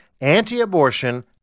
anti-abortion